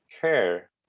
care